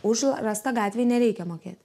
už rastą gatvėj nereikia mokėt